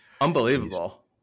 Unbelievable